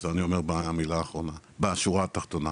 אז אני אומר בשורה התחתונה,